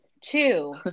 two